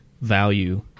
value